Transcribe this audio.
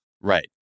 Right